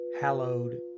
hallowed